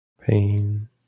pain